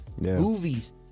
movies